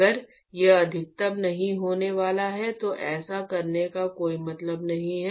अगर यह अधिकतम नहीं होने वाला है तो ऐसा करने का कोई मतलब नहीं है